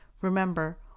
Remember